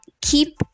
keep